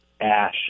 ash